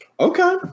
okay